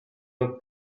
our